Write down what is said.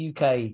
UK